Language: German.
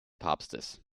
papstes